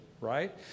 right